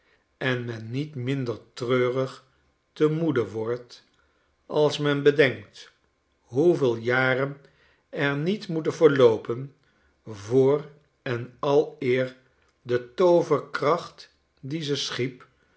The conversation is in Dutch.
en men niet minder treurig te moede wordt als men bedenkt hoeveel jaren er niet moeten verloopen voor en aleer de tooverkracht die ze schiep